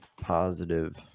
positive